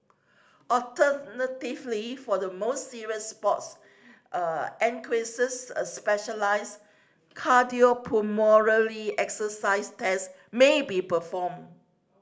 alternatively for the more serious sports a specialised exercise test may be performed